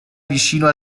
vicino